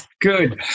Good